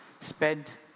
spent